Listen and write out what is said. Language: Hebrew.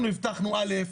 אנחנו הבטחנו א',